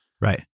Right